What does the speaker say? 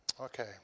Okay